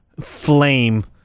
flame